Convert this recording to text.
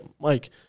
Mike